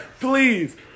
please